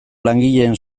langileen